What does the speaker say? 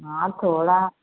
हाँ थोड़ा